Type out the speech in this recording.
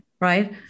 right